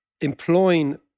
employing